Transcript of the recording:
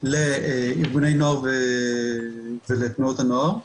לארגוני נוער ולתנועות הנוער,